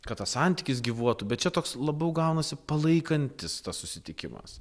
kad tas santykis gyvuotų bet čia toks labiau gaunasi palaikantis tas susitikimas